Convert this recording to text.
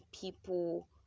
people